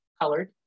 colored